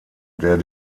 der